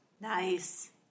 Nice